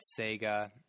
Sega